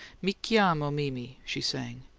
mi chiamo mimi, she sang,